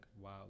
wow